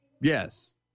yes